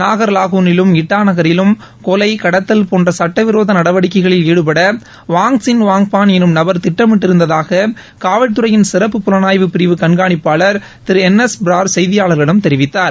நாகர் லாகூனிலும் இட்டா நகரிலும் கொலை கடத்தல் போன்ற சட்ட விரோத நடவடிக்கைகளில் ஈடுபட வாங்சின் வாங்பான் எனும் நபர் திட்டமிட்டிருந்ததாக காவல்துறையின் சிறப்பு புலனாய்வு பிரிவு கண்காணிப்பாளர் திரு என் எஸ் ப்ரார் செய்தியாளர்களிடம் தெரிவித்தார்